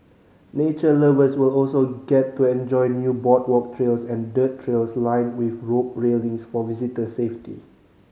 nature lovers will also get to enjoy new boardwalk trails and dirt trails lined with rope railings for visitor safety